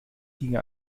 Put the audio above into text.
ginge